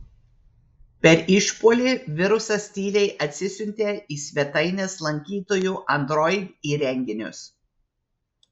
per išpuolį virusas tyliai atsisiuntė į svetainės lankytojų android įrenginius